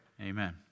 amen